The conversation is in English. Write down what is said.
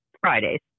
Fridays